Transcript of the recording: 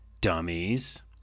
dummies